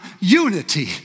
unity